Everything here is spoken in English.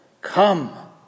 come